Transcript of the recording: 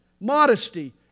Modesty